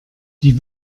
die